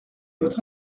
votre